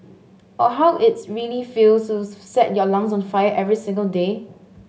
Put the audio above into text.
or how its really feels to set your lungs on fire every single day